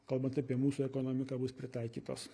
kalbant apie mūsų ekonomiką bus pritaikytos